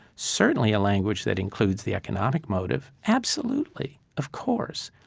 certainly a language that includes the economic motive. absolutely. of course.